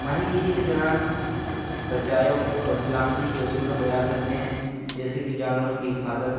ماہی گیری کے دوران بچاؤ اور سلامتی کے اصولوں کو یاد رکھتے ہیں جیسے کی جانوروں کی حفاظت